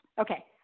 Okay